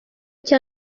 cya